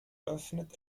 öffnet